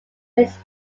his